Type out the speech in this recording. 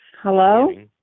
Hello